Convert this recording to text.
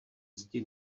zdi